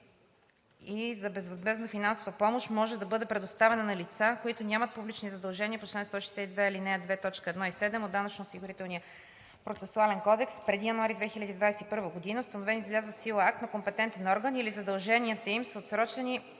и безвъзмездна финансова помощ може да бъде предоставена на лица, които нямат публични задължения по чл. 162, ал. 2, т. 1 и 7 от Данъчно-осигурителния процесуален кодекс преди 1 януари 2021 г., установени с влязъл в сила акт на компетентен орган, или задълженията им са отсрочени,